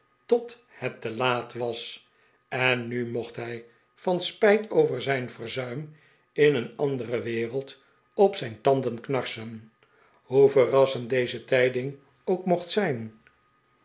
tot het te laat was en nu mocht hij van spijt over zijn verzuim in een andere wereld op zijn tanden knarsen hoe verrassend deze tijding ook mocht zijn